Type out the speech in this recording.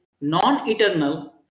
non-eternal